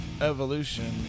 evolution